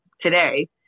today